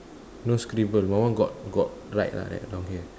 no scribble my one got got write ah write down here